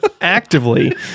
actively